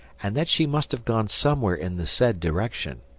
and that she must have gone somewhere in the said direction,